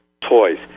toys